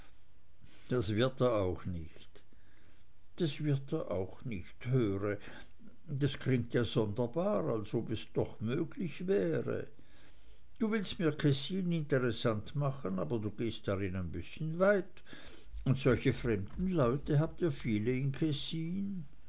das wird er auch nicht das wird er auch nicht hör das klingt ja sonderbar als ob es doch möglich wäre du willst mir kessin interessant machen aber du gehst darin ein bißchen weit und solche fremde leute habt ihr viele